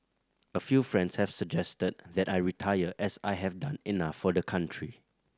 a few friends have suggested that I retire as I have done enough for the country